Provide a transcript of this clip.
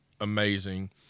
amazing